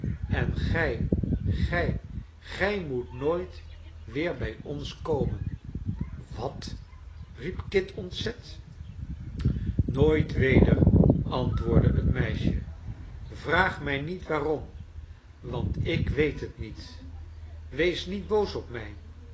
en gij gij gij moet nooit weer bij ons komen wat riep kit ontzet nooit weder antwoordde het meisje vraag mij niet waarom want ik weet het niet wees niet boos op mij